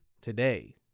today